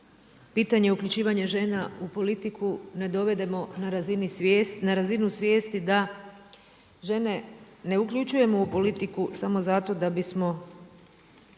pitanje uključivanja žena u politiku ne dovedemo na razinu svijesti da žene ne uključujemo u politiku samo zato da bismo